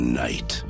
night